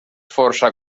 força